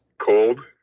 cold